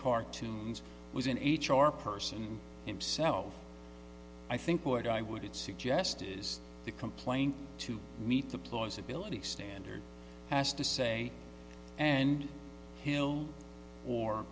cartoons was in each or person himself i think what i would suggest is the complaint to meet the plausibility standard as to say and hill or